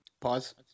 Pause